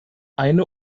eine